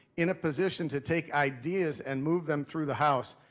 in a position to take ideas and move them through the house,